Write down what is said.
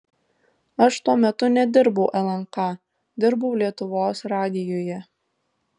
aš tuo metu nedirbau lnk dirbau lietuvos radijuje